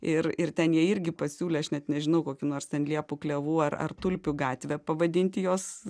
ir ir ten jie irgi pasiūlė aš net nežinau kokių nors ten liepų klevų ar ar tulpių gatvę pavadinti jos